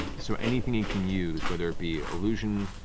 so anything you can use, whether it be illusion,